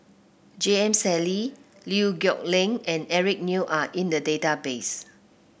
J M Sali Liew Geok Leong and Eric Neo are in the database